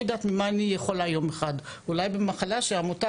על איזה מקרה שחולה שהיה בצפון הגיע עם שבץ מוחי לצנתור לרמב"ם.